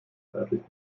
zeitlich